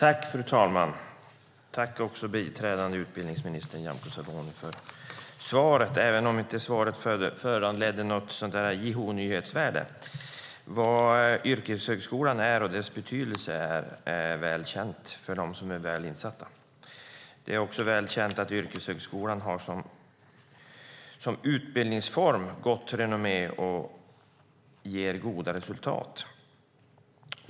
Fru talman! Jag tackar biträdande utbildningsminister Nyamko Sabuni för svaret även om svaret inte föranledde något stort nyhetsvärde. Vad yrkeshögskolan är och dess betydelse är väl känt för dem som är väl insatta. Det är också väl känt att yrkeshögskolan som utbildningsform har gott renommé och ger goda resultat.